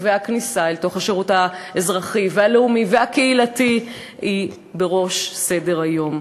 והכניסה אל תוך השירות האזרחי והלאומי והקהילתי היא בראש סדר-היום.